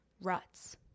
ruts